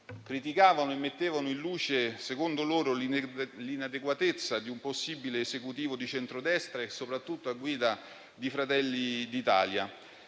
criticavano e mettevano in luce, secondo loro, l'inadeguatezza di un possibile Esecutivo di centrodestra, soprattutto se guidato da Fratelli d'Italia.